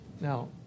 Now